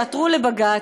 שעתרו לבג"ץ,